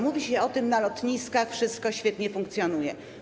Mówi się o tym na lotniskach, wszystko świetnie funkcjonuje.